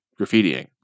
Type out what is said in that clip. graffitiing